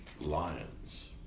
lions